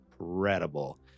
incredible